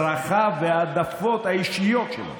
צרכיו וההעדפות האישיות שלו.